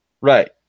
Right